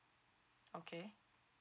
okay